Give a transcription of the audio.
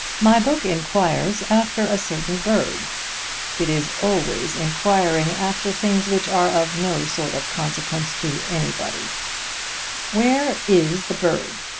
my book inquires after a certain bird it is always inquiring after things which are of no sort of consequence to anybody where is the bird?